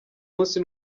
munsi